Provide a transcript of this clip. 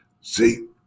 See